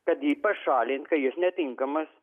kad ji pašalint kad jis netinkamas